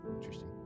Interesting